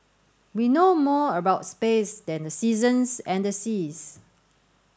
we know more about space than the seasons and the seas